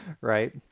right